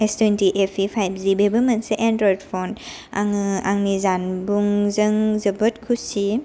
S twenty F E five G बेबो मोनसे Android phone आंङो आंनि जानबुंजों जोबोद खुसि